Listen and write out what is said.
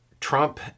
Trump